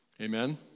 Amen